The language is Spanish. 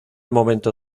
momento